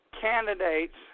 candidates